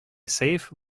safe